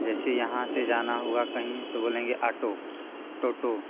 जैसे यहाँ से जाना होगा कहीं तो बोलेंगे आटो टोटो